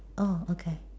orh okay